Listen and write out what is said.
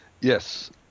Yes